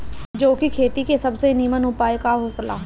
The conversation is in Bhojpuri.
जौ के खेती के सबसे नीमन उपाय का हो ला?